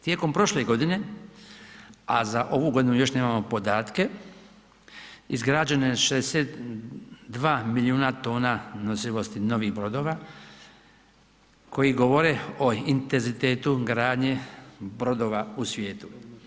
Tijekom prošle godine, a za ovu godinu još nemamo podatke, izgrađeno je 62 milijuna tona nosivosti novih brodova koji govore o intenzitetu gradnje brodova u svijetu.